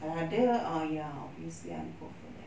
kalau ada uh ya obviously I go for that